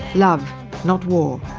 love not war.